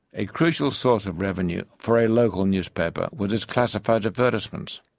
a crucial source of revenue for a local newspaper was its classified advertisements.